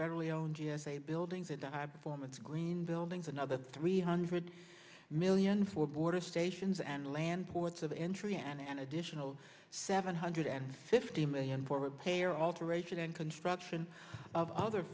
federally owned g s a buildings and i perform its green building for another three hundred million for border stations and land ports of entry and an additional seven hundred and fifty million for repair alteration and construction of other